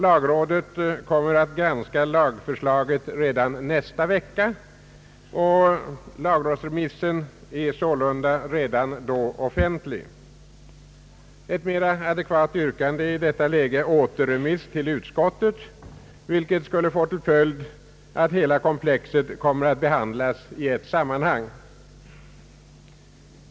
Lagrådet kommer att granska lagförslaget redan nästa vecka, och lagrådsremissen är sålunda då offentlig. Ett mer adekvat yrkande är i detta läge återremiss till utskottet, vilket skulle få till följd att hela komplexet kommer att behandlas i ett sammanhang.